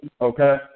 okay